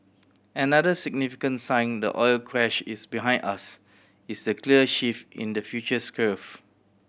another significant sign the oil crash is behind us is the clear shift in the futures curve